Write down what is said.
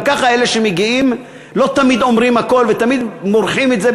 גם ככה אלה שמגיעים לא תמיד אומרים הכול,